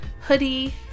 hoodie